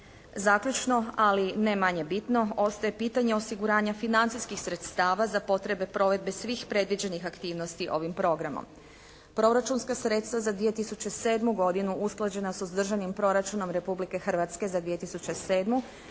Zaključno ali ne manje bitno ostaje pitanje osiguranja financijskih sredstava za potrebe provedbe svih predviđenih aktivnosti ovim programom. Proračunska sredstva za 2007. godinu usklađena su s državnim proračunom Republike Hrvatske za 2007. i